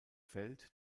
feld